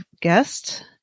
guest